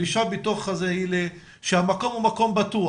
הדרישה היא שהמקום הוא מקום בטוח.